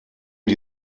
die